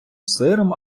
сиром